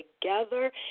together